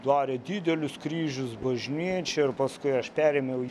darę didelius kryžius bažnyčioj ir paskui aš perėmiau